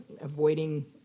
avoiding